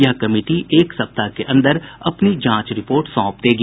यह कमिटी एक सप्ताह के अंदर अपनी जांच रिपोर्ट सौंपेगी